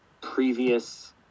previous